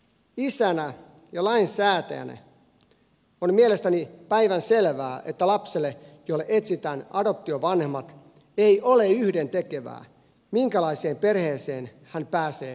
isänä ja lainsäätäjänä on mielestäni päivänselvää että lapselle jolle etsitään adoptiovanhemmat ei ole yhdentekevää minkälaiseen perheeseen hän pääsee kasvamaan